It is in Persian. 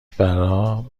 برا